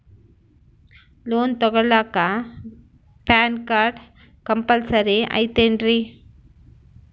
Loan ತೊಗೊಳ್ಳಾಕ PAN card compulsory ಐಯ್ತೇನ್ರಿ?